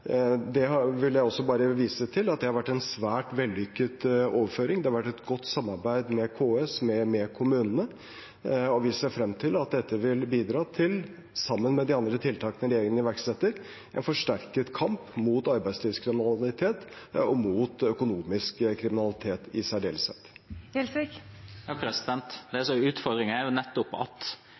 det vil jeg også bare vise til, at det har vært en svært vellykket overføring. Det har vært et godt samarbeid med KS, med kommunene. Vi ser frem til at dette, sammen med de andre tiltakene regjeringen iverksetter, vil bidra til en forsterket kamp mot arbeidslivskriminalitet og mot økonomisk kriminalitet i særdeleshet. Det som er utfordringen, er nettopp at